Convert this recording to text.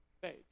fades